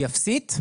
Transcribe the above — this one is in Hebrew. היא אפסית.